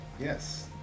yes